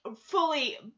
fully